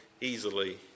easily